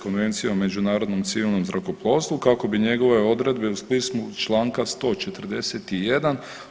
Konvencije o međunarodnom civilnom zrakoplovstvu kako bi njegove odredbe u smislu Članka 141.